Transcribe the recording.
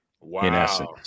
Wow